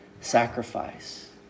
sacrifice